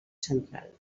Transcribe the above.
central